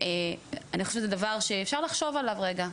אני חושבת שזה דבר שאפשר לחשוב עליו רגע.